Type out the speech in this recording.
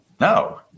no